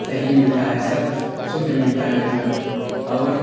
सही मिलता है सब शुद्ध मिलता है मतलब और